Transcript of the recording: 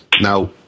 Now